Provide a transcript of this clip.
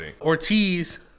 Ortiz